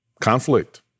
Conflict